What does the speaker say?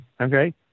Okay